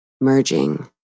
merging